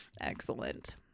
Excellent